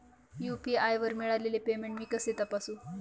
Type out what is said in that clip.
UPI वर मिळालेले payment मी कसे तपासू?